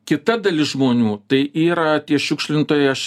kita dalis žmonių tai yra tie šiukšlintojai aš